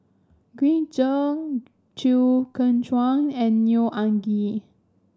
Green Zeng Chew Kheng Chuan and Neo Anngee